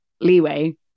leeway